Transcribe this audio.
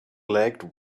legged